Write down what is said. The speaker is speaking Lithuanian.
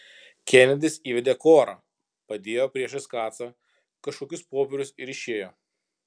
kenedis įvedė korą padėjo priešais kacą kažkokius popierius ir išėjo